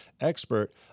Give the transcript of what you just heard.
expert